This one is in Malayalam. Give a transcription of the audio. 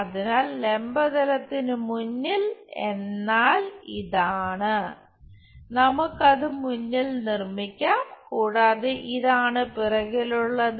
അതിനാൽ ലംബ തലത്തിന് മുന്നിൽ എന്നാൽ ഇതാണ് നമുക്ക് അത് മുന്നിൽ നിർമ്മിക്കാം കൂടാതെ ഇതാണ് പിറകിലുള്ളത്